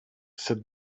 said